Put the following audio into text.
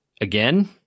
again